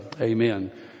Amen